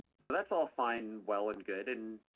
so that's all fine, well, and good. and